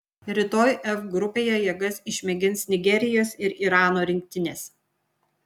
rytoj f grupėje jėgas išmėgins nigerijos ir irano rinktinės